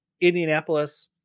Indianapolis